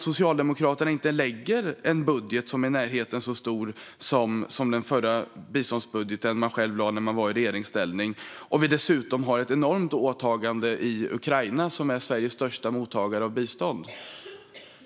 Socialdemokraternas budget är inte i närheten av att vara lika stor som den biståndsbudget de lade fram när de var i regeringsställning, trots att Sverige har ett enormt åtagande i Ukraina, som är Sveriges största mottagare av bistånd.